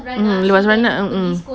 mmhmm lepas beranak ah mm mm